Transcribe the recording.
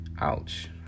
Ouch